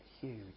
huge